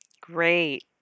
Great